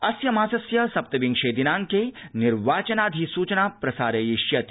अस्य मासस्य सप्तविंशे दिनाड़के निर्वाचनाधिसूचना प्रसारयिष्यते